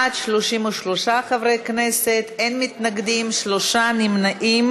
בעד, 33 חברי כנסת, אין מתנגדים, שלושה נמנעים.